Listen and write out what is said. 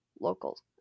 locals